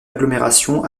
agglomération